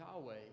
Yahweh